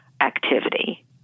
activity